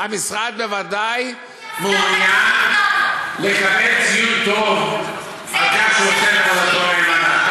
המשרד בוודאי מעוניין לקבל ציון טוב על כך שהוא עושה את עבודתו נאמנה,